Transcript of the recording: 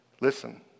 Listen